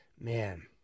Man